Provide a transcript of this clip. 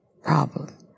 problem